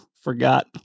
forgot